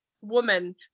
woman